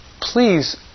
Please